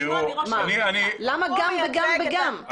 למה גם וגם וגם?